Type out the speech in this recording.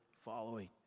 following